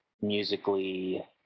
musically